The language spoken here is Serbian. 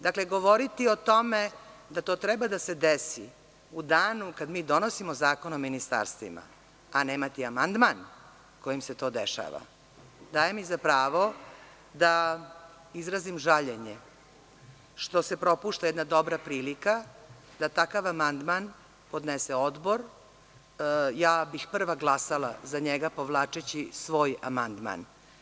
Dakle, govoriti o tome da to treba da se desi u danu kada mi donosimo zakon o ministarstvima a nemati amandman kojim se to dešava, daje mi za pravo da izrazim žaljenje što se propušta jedna dobra prilika da takav amandman podnese odbor, ja bih prva glasala za njega povlačeći svoj amandman.